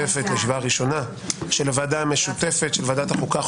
הראשונה של הוועדה המשותפת של ועדת החוקה,